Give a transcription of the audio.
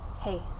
hey